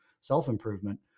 self-improvement